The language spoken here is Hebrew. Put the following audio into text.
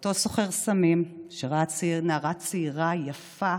ואותו סוחר סמים שראה נערה צעירה, יפה,